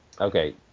Okay